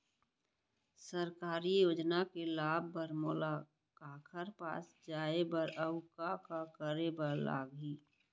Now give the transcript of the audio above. सरकारी योजना के लाभ बर मोला काखर पास जाए बर अऊ का का करे बर लागही?